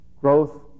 Growth